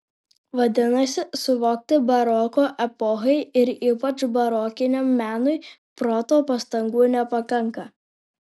vadinasi suvokti baroko epochai ir ypač barokiniam menui proto pastangų nepakanka